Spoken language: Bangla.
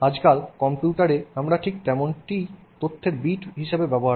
আজকাল কম্পিউটারে আমরা ঠিক তেমনই তথ্যের বিট ব্যবহার করি